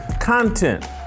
content